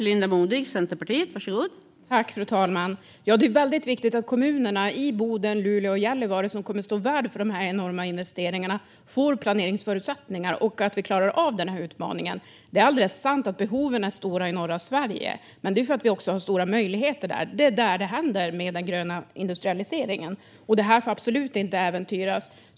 Fru talman! Det är väldigt viktigt att kommunerna i Boden, Luleå och Gällivare, som kommer att stå värd för dessa enorma investeringar, får planeringsförutsättningar och att vi klarar av den här utmaningen. Det är alldeles sant att behoven är stora i norra Sverige, men det är för att vi också har stora möjligheter där. Det är där den gröna industrialiseringen händer, och den får absolut inte äventyras.